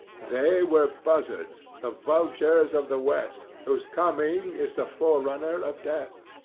they were buzzards, the vultures of the west, whose coming is the forerunner of death.